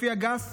לפי אגף